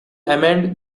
amend